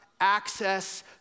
access